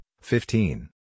fifteen